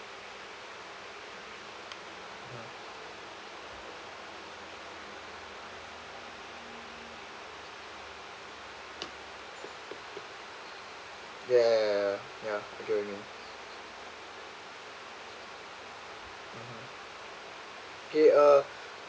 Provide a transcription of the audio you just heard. ya ya ya ya ya I know what you mean okay uh